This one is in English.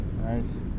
nice